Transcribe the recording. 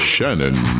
Shannon